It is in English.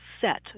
set